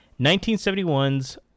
1971's